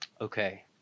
Okay